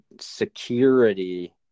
security